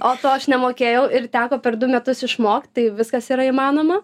o to aš nemokėjau ir teko per du metus išmokt tai viskas yra įmanoma